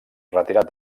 retirat